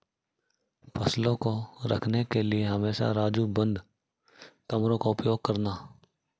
फसलों को रखने के लिए हमेशा राजू बंद कमरों का उपयोग करना